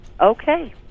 Okay